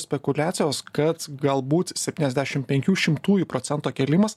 spekuliacijos kad galbūt septyniasdešim penkių šimtųjų procento kėlimas